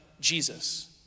Jesus